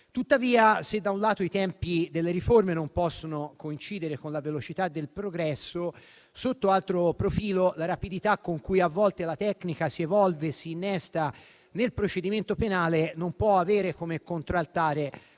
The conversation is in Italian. Tuttavia, se da un lato i tempi delle riforme non possono coincidere con la velocità del progresso, sotto altro profilo la rapidità con cui a volte la tecnica si evolve e si innesta nel procedimento penale non può avere come contraltare un